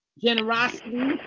generosity